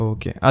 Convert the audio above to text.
Okay